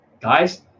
guys